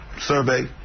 survey